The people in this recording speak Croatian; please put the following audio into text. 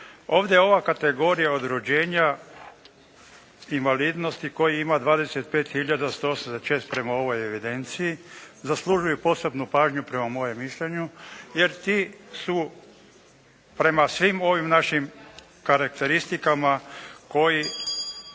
Ovdje ova kategorija od rođenja invalidnosti kojih ima 25 hiljada 184 prema ovoj evidenciji zaslužuje posebnu pažnju prema mojem mišljenju jer ti su prema svim ovim našim karakteristikama koji